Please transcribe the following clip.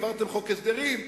העברתם חוק הסדרים,